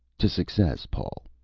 to success, paul!